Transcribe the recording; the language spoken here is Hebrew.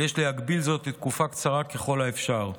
ויש להגביל זאת לתקופה קצרה ככל האפשר.